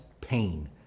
pain